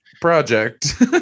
project